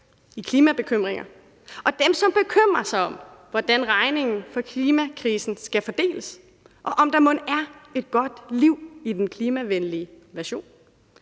i klimabekymringer, og dem, som bekymrer sig om, hvordan regningen for klimakrisen skal fordeles, og om, om der mon er et godt liv i den klimavenlige version.